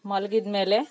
ಮಲಗಿದ್ಮೇಲೆ